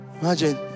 Imagine